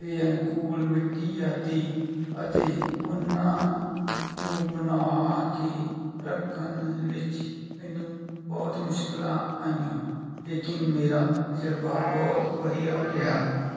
ਦੇ ਅਨੁਕੂਲ ਮਿੱਟੀ ਆਦਿ ਅਤੇ ਉਨ੍ਹਾਂ ਨੂੰ ਬਣਾ ਕੇ ਰੱਖਣ ਵਿੱਚ ਮੈਨੂੰ ਬਹੁਤ ਮੁਸ਼ਕਲਾਂ ਆਈਆਂ ਲੇਕਿਨ ਮੇਰਾ ਤਜ਼ਰਬਾ ਬਹੁਤ ਵਧੀਆ ਰਿਹਾ